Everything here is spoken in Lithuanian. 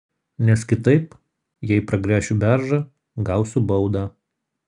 nes kitaip jei pragręšiu beržą gausiu baudą